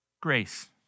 grace